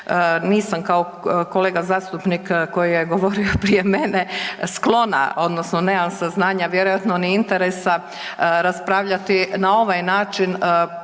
nisam kao kolega zastupnik koji je govorio prije mene, sklona odnosno nemam saznanja vjerojatno ni interesa raspravljati na ovaj način zaista